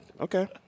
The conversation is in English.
Okay